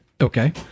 Okay